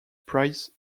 price